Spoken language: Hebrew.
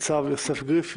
ניצב יוסף גריף?